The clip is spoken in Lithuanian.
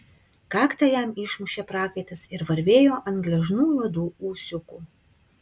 kaktą jam išmušė prakaitas ir varvėjo ant gležnų juodų ūsiukų